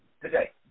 today